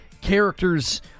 characters